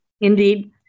Indeed